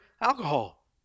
alcohol